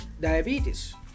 diabetes